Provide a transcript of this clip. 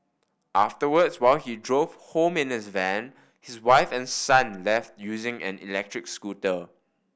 afterwards while he drove home in his van his wife and son left using an electric scooter